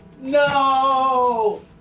No